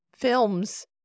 films